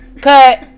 cut